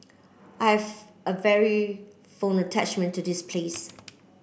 I have a very fond attachment to this place